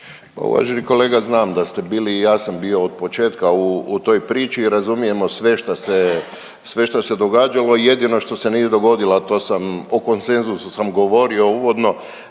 Pa uvaženi kolega znam da ste bili i ja sam bio otpočetka u toj priči i razumijemo sve šta se, sve šta se događalo i jedno što se nije dogodilo, a to sam, o konsenzusu sam govorio uvodno,